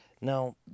Now